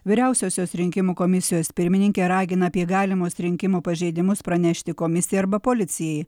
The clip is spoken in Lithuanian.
vyriausiosios rinkimų komisijos pirmininkė ragina apie galimus rinkimų pažeidimus pranešti komisijai arba policijai